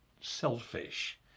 selfish